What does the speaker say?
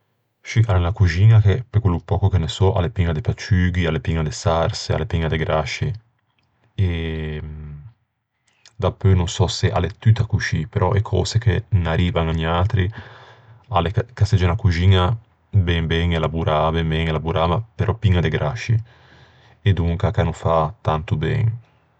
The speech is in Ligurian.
Scì, a l'é unna coxiña che pe quello pöco che ne sò a l'é piña de pacciuti, a l'é piña de sarse, a l'é piña de grasci. Dapeu no sò s'a segge tutta coscì, però e cöse che n'arrivan a niatri a l'é ch'a segge unna coxiña ben ben elaborâ, ben ben elaborâ ma però piña de grasci, e donca ch'a no fa tanto ben.